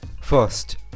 First